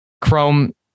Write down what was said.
Chrome